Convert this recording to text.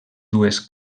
dues